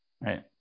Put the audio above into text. Right